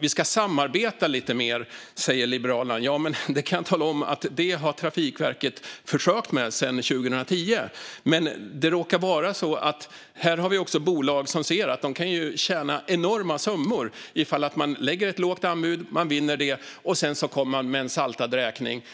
Vi ska samarbeta lite mer, säger Liberalerna. Ja, men jag kan tala om att Trafikverket har försökt med det sedan 2010. Men här har vi också bolag som ser att de kan tjäna enorma summor om de lägger ett lågt anbud, som de vinner med, och sedan kommer med en saltad räkning.